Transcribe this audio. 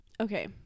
Okay